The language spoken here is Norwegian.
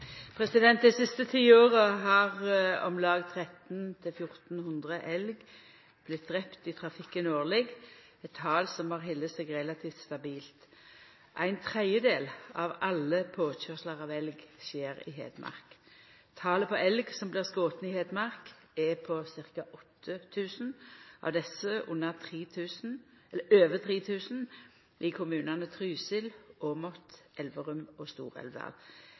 Dei siste ti åra har om lag 1 300–1 400 elg vorte drepne i trafikken årleg. Dette er eit tal som har halde seg relativt stabilt. Ein tredel av alle påkøyrslar av elg skjer i Hedmark. Talet på elg som blir skotne i Hedmark, er på ca. 8 000 – av desse over 3 000 i kommunane Trysil, Åmot, Elverum og